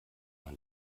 man